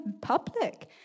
public